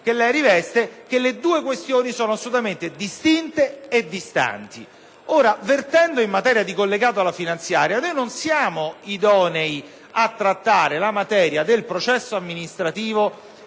che le due questioni sono assolutamente distinte e distanti. Vertendo in materia di collegato alla finanziaria, non siamo idonei a trattare la materia del processo amministrativo